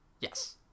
yes